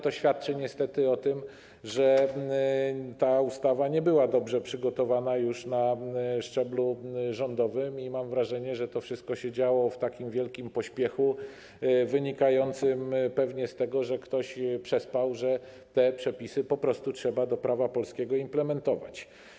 To świadczy niestety o tym, że ta ustawa nie była dobrze przygotowana już na szczeblu rządowym i mam wrażenie, że to wszystko się działo w wielkim pośpiechu wynikającym pewnie z tego, że ktoś przespał, że te przepisy po prostu trzeba do prawa polskiego implementować.